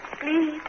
Please